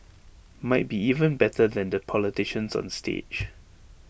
might be even better than the politicians on stage